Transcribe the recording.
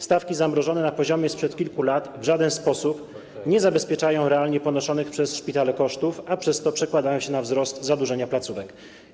Stawki zamrożone na poziomie sprzed kilku lat w żaden sposób nie zabezpieczają realnie ponoszonych przez szpitale kosztów, a przez to przekładają się na wzrost zadłużenia placówek.